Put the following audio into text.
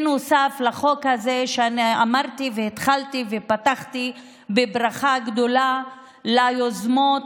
נוסף לחוק הזה שאמרתי והתחלתי ופתחתי בברכה גדולה ליוזמות,